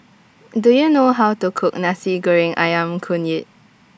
Do YOU know How to Cook Nasi Goreng Ayam Kunyit